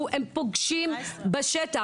הם פוגשים בשטח.